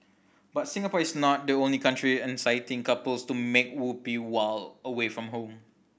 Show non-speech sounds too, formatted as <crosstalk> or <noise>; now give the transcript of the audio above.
but Singapore is not the only country <unintelligible> couples to make whoopee while away from home